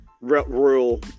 Royal